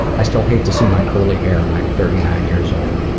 i still hate to see my curly hair, and i'm thirty-nine years old.